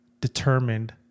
determined